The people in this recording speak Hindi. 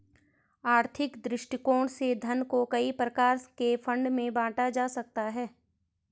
आर्थिक दृष्टिकोण से धन को कई प्रकार के फंड में बांटा जा सकता है